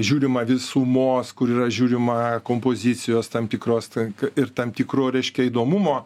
žiūrima visumos kur yra žiūrima kompozicijos tam tikros tai ir tam tikro reiškia įdomumo